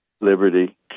liberty